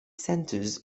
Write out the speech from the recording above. centers